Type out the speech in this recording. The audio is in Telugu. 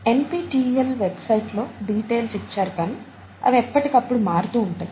NPTEL వెబ్సైట్ లో డీటెయిల్స్ ఇచ్చారు కానీ అవి ఎప్పటికప్పుడు మారుతూ ఉంటాయి